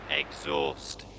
exhaust